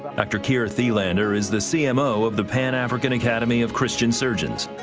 dr. keir thelander is the cmo of the pan-african academy of christian surgeons.